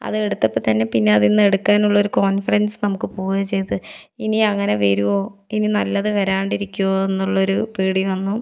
അത് എടുത്തപ്പോൾ തന്നെ പിന്നെ അതിൽ നിന്ന് എടുക്കാനുള്ള ഒരു കോൺഫിഡൻസ് നമുക്ക് പോകുകയാണ് ചെയ്തത് ഇനി അങ്ങനെ വരുവോ ഇനി നല്ലത് വരാണ്ടിരിക്കുവോ എന്നുള്ളൊരു പേടി വന്നു